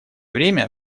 время